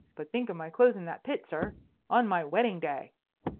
but think of my clothes in that pit, sir on my wedding-day.